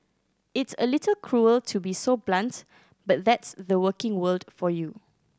it's a little cruel to be so blunt but that's the working world for you